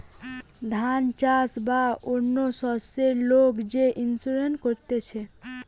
ধান চাষ বা অন্য শস্যের লোক যে ইন্সুরেন্স করতিছে